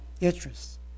interests